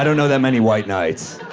know that many white knights.